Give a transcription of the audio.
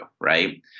right